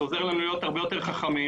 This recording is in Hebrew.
דבר שני,